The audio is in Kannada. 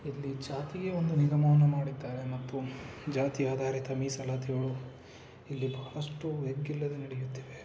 ಇಲ್ಲಿ ಜಾತಿಗೆ ಒಂದು ನಿಗಮವನ್ನು ಮಾಡಿದ್ದಾರೆ ಮತ್ತು ಜಾತಿ ಆಧಾರಿತ ಮೀಸಲಾತಿಗಳು ಇಲ್ಲಿ ಬಹಳಷ್ಟು ಎಗ್ಗಿಲ್ಲದೆ ನಡೆಯುತ್ತಿವೆ